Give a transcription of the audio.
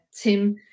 Tim